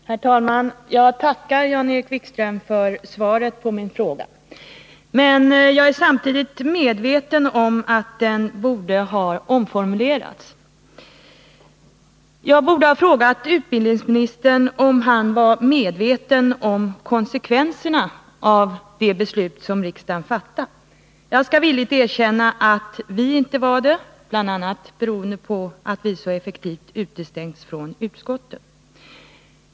Herr talman! Jag tackar Jan-Erik Wikström för svaret på min fråga. Men jag är samtidigt medveten om att frågan borde ha omformulerats. Jag borde ha frågat utbildningsministern om han var medveten om konsekvenserna av det beslut som riksdagen fattat. Jag skall villigt erkänna att vi inte var det, bl.a. beroende på att vi så effektivt utestängts från utskottet.